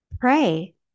Pray